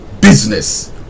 business